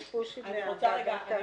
יש --- מוועדת ההסכמות?